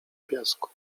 piasku